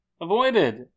avoided